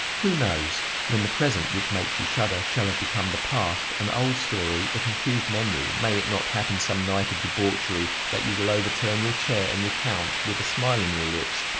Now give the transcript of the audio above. who knows? when the present, which makes you shudder, shall have become the past, an old story, a confused memory, may it not happen some night of debauchery that you will overturn your chair and recount, with a smile on your lips,